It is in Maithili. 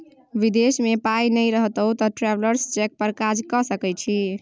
विदेश मे पाय नहि रहितौ तँ ट्रैवेलर्स चेक पर काज कए सकैत छी